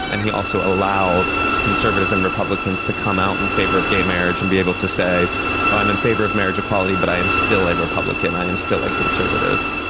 and he also allowed conservatives and republicans to come out in favour of gay marriage and be able to say i'm in favour of marriage equality but i am still a republican, i am still a conservative'.